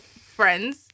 friends